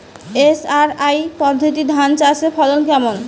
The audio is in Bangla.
এস.আর.আই পদ্ধতি ধান চাষের ফলন কেমন?